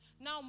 Now